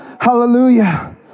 Hallelujah